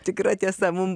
tikra tiesa mum